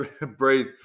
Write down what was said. breathe